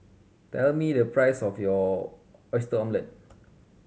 tell me the price of Oyster Omelette